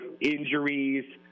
Injuries